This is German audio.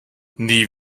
nie